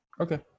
Okay